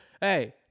hey